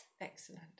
Excellent